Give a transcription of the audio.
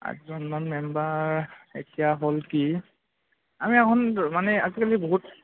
আঠজনমান মেম্বাৰ এতিয়া হ'ল কি আমি এখন মানে আজিকালি বহুত